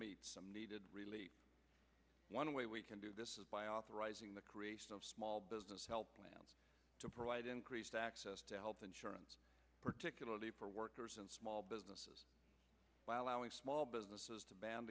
meet some needed relief one way we can do this is by authorizing the creation of small business health plans to provide increased access to health insurance particularly for workers and small businesses by allowing small businesses to band